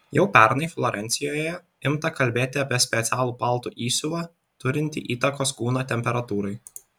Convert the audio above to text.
jau pernai florencijoje imta kalbėti apie specialų paltų įsiuvą turintį įtakos kūno temperatūrai